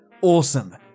awesome